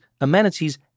amenities